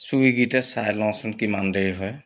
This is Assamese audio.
ছুইগিতে চাই লওঁচোন কিমান দেৰি হয়